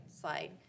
slide